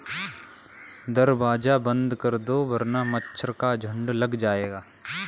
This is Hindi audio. दरवाज़ा बंद कर दो वरना मच्छरों का झुंड लग जाएगा